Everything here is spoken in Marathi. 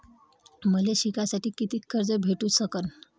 मले शिकासाठी कितीक कर्ज भेटू सकन?